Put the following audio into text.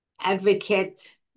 advocate